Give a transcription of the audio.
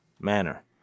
manner